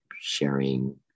sharing